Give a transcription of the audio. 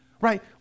Right